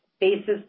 basis